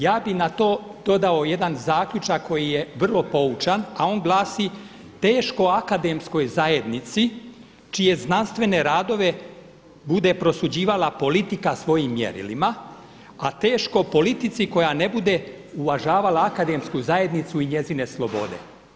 Ja bih na to dodao jedan zaključak koji je vrlo poučan, a on glasi, teško akademskoj zajednici čije znanstvene radove bude prosuđivala politika svojim mjerilima, a teško politici koja ne bude uvažavala akademsku zajednicu i njezine slobode.